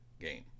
game